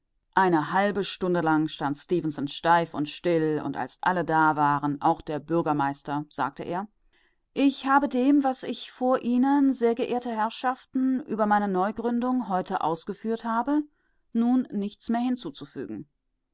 eine halbe stunde lang stand stefenson steif und still und als alle da waren auch der bürgermeister sagte er ich habe dem was ich vor ihnen sehr geehrte herrschaften über meine neugründung heute ausgeführt habe nun nichts mehr hinzuzufügen